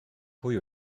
pwy